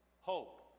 hope